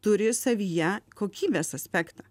turi savyje kokybės aspektą